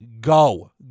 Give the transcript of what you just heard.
go